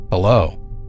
Hello